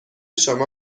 شما